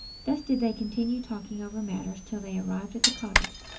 thus did they continue talking over matters till they arrived at the cottage.